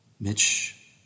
Mitch